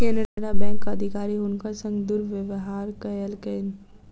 केनरा बैंकक अधिकारी हुनकर संग दुर्व्यवहार कयलकैन